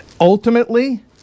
Ultimately